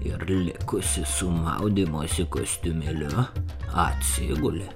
ir likusi su maudymosi kostiumėliu atsigulė